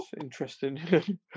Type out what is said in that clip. interesting